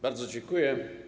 Bardzo dziękuję.